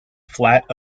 flat